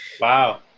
Wow